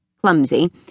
clumsy